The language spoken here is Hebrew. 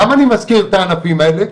למה אני מזכיר את הענפים האלה,